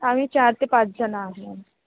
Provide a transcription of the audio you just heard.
आम्ही चार ते पाच जणं आहे